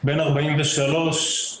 בן 43,